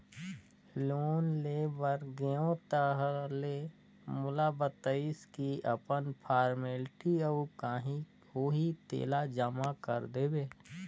loan ले बर गेंव ताहले मोला बताइस की अपन फारमेलटी अउ काही होही तेला जमा कर देबे